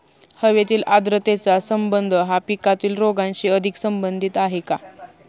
हवेतील आर्द्रतेचा संबंध हा पिकातील रोगांशी अधिक संबंधित आहे का?